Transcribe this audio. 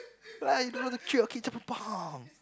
why you don't know how to treat your children